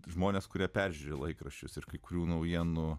žmonės kurie peržiūri laikraščius ir kai kurių naujienų